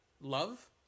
love